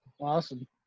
awesome